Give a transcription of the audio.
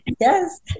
yes